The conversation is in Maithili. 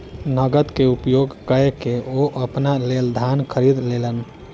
नकद के उपयोग कअ के ओ अपना लेल धान खरीद लेलैन